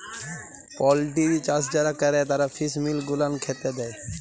poultry চাষ যারা ক্যরে তারা ফিস মিল গুলান খ্যাতে দেই